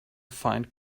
find